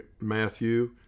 Matthew